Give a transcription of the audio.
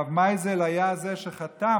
הרב מייזל היה זה שחתם